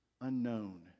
unknown